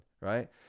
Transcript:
right